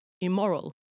immoral